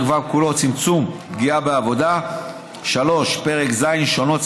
ו' כולו (צמצום פגיעה בעבודה); 3. פרק ז' (שונות),